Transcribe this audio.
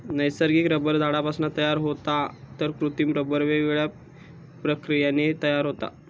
नैसर्गिक रबर झाडांपासून तयार होता तर कृत्रिम रबर वेगवेगळ्या प्रक्रियांनी तयार होता